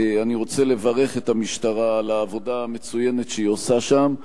אני רוצה לברך את המשטרה על העבודה המצוינת שהיא עושה שם,